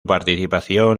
participación